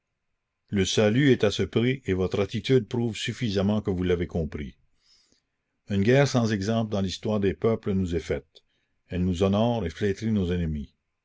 le salut est à ce prix et votre attitude prouve suffisamment que vous l'avez compris une guerre sans exemple dans l'histoire des peuples nous est faite elle nous honore et flétrit nos ennemis